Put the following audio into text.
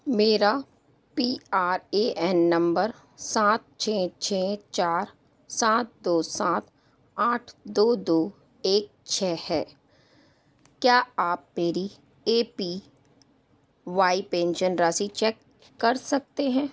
मेरा P R A N number सात छः छः चार सात दो सात आठ दो दो एक छः है क्या आप मेरी ए पी वाई पेंशन राशि चेक कर सकते हैं